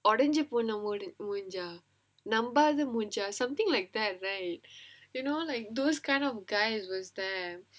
உடைஞ்சி போன மூஞ்ச நம்பாத மூஞ்ச:udanchi pona moonja nambaatha moonja something like that right you know like those kind of guys was damn